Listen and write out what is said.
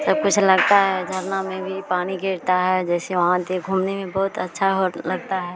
सब कुछ लगता है झरना में भी पानी गिरता है जैसे वहाँ घूमने में बहुत अच्छा लगता है